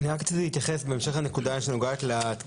אני רק רציתי להתייחס: בהמשך לנקודה שנוגעת לתקינה